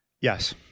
Yes